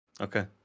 Okay